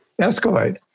escalate